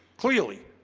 clearly,